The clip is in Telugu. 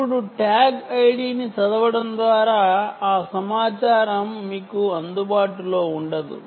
ఇప్పుడు ట్యాగ్ ID ని చదవడం ద్వారా ఆ సమాచారం మీకు అందుబాటులో ఉండదు